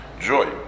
joy